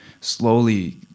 slowly